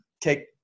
take